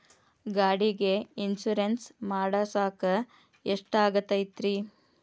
ಗಾಡಿಗೆ ಇನ್ಶೂರೆನ್ಸ್ ಮಾಡಸಾಕ ಎಷ್ಟಾಗತೈತ್ರಿ?